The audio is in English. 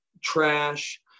trash